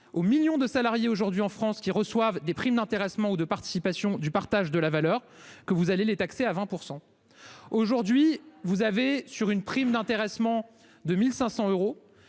aux millions de salariés aujourd'hui en France qui reçoivent des primes d'intéressement ou de participation du partage de la valeur que vous allez les taxer à 20%. Aujourd'hui vous avez sur une prime d'intéressement de 1500 euros